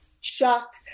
shocked